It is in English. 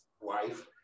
wife